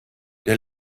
der